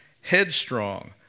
headstrong